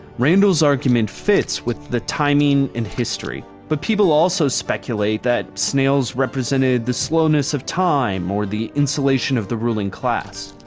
randall's argument fits with the timing and history. but people also speculate that snails represented the slowness of time, or the insulation of the ruling class.